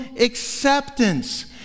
acceptance